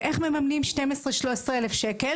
איך מממנים עוד 12,000-13,000 ₪?